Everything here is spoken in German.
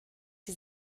sie